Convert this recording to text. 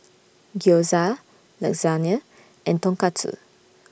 Gyoza Lasagne and Tonkatsu